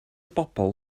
bobl